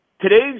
today's